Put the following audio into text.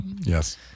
Yes